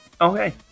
Okay